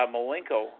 Malenko –